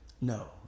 No